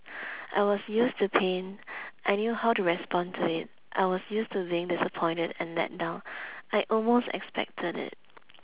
I was used to pain I knew how to respond to it I was used to being disappointed and let down I almost expected it